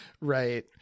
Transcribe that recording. right